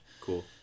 Cool